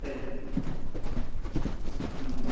சரிங்க ம்